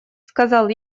сказал